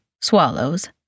swallows